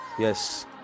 Yes